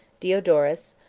diodorus,